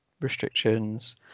restrictions